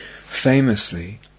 Famously